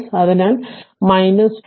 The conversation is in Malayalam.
അതിനാൽ 12 അത് ut 3